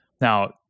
Now